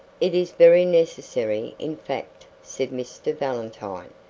it is very necessary, in fact, said mr. valentine.